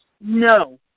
No